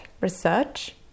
research